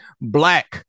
black